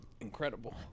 incredible